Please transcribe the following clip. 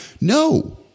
No